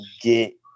get